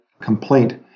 complaint